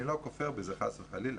אני לא כופר בזה, חס וחלילה,